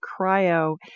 cryo